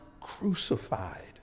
crucified